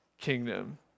kingdom